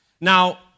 Now